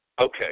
Okay